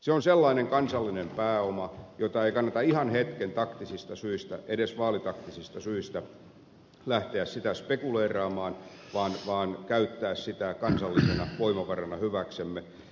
se on sellainen kansallinen pääoma jota ei kannata ihan hetken taktisista syistä edes vaalitaktisista syistä lähteä spekuleeraamaan vaan käyttää sitä kansallisena voimavarana hyväksemme